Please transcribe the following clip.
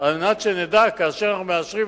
וכדי שנדע שכאשר אנחנו מאשרים,